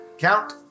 count